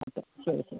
okay ശരി ശരി